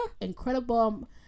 incredible